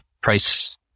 price